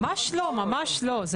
ממש לא, ממש לא.